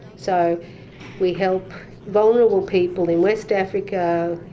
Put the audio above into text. so we help vulnerable people in west africa,